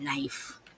life